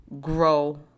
grow